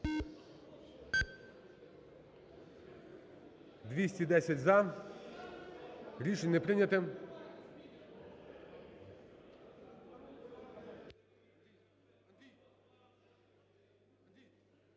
– за. Рішення прийняте.